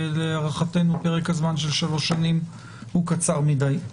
ולהערכתנו פרק הזמן של שלוש שנים הוא קצר מדי.